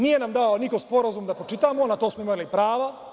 Nije nam dao niko sporazum da pročitamo, a na to smo imali pravo.